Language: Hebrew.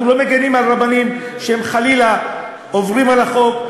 אנחנו לא מגינים על רבנים שעוברים חלילה על החוק,